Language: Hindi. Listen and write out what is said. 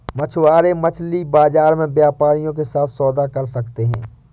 मछुआरे मछली बाजार में व्यापारियों के साथ सौदा कर सकते हैं